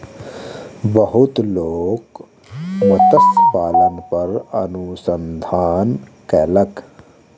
बहुत लोक मत्स्य पालन पर अनुसंधान कयलक